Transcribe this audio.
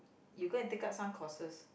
you go and take up some courses